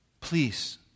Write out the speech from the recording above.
Please